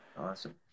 Awesome